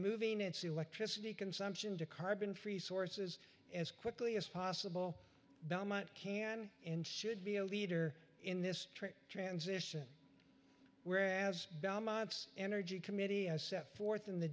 moving its electricity consumption to carbon free sources as quickly as possible dominant can and should be a leader in this transition whereas belmont's energy committee has set forth in the